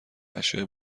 اشیاء